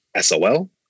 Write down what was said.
SOL